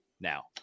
now